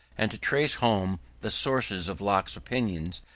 and to trace home the sources of locke's opinions,